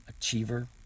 achiever